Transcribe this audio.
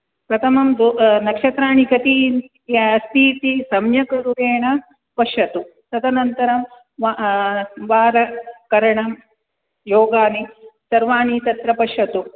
प्रथमं दो नक्षत्राणि कति अस्ति इति सम्यग्रूपेण पश्यतु तदनन्तरं वार करणं योगानि सर्वाणि तत्र पश्यतु